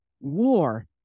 war